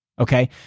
Okay